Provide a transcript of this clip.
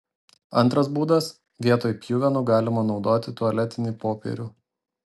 antras būdas vietoj pjuvenų galima naudoti tualetinį popierių